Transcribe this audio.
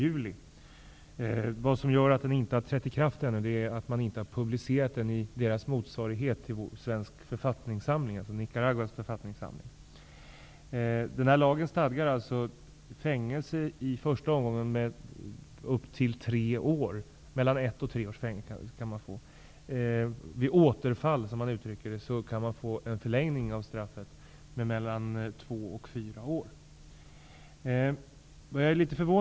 Den har dock inte trätt i kraft ännu, eftersom man inte har publicerat den i Nicaraguas motsvarighet till Lagen stadgar fängelse i mellan ett och tre år. Vid ''återfall'' kan straffet förlängas med mellan två och fyra år.